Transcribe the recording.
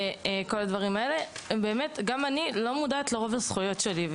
גם אני לא מודעת לרוב הזכויות שלי.